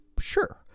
Sure